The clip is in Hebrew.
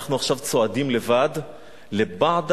אנחנו עכשיו צועדים לבד ל"בַּעְדַ",